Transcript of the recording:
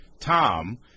Tom